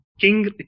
King